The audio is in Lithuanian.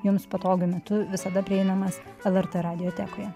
jums patogiu metu visada prieinamas lrt radiotekoje